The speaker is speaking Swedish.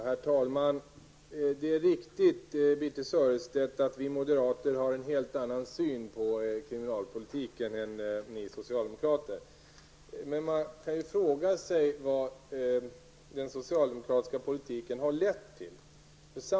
Herr talman! Det är riktigt Birthe Sörestedt att vi moderater har en helt annan syn på kriminalpolitik än ni socialdemokrater. Men man kan ju fråga sig vad den socialdemokratiska politiken har lett till.